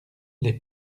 les